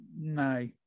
No